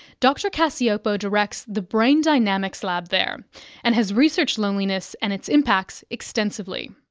dr cacioppo directs the brain dynamics lab there and has researched loneliness and its impacts extensively.